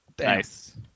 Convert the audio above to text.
Nice